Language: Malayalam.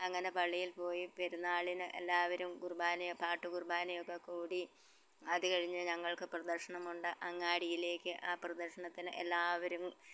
അങ്ങനെ പള്ളിയിൽ പോയി പെരുനാളിന് എല്ലാവരും കുറുബാനയോ പാട്ടുകുറുബാനെയോ ഒക്കെ കൂടി അതുകഴിഞ്ഞ് ഞങ്ങൾക്ക് പ്രദക്ഷിണമുണ്ട് അങ്ങാടിയിലേക്ക് ആ പ്രദക്ഷിണത്തിന് എല്ലാവരും